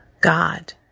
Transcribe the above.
God